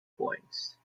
points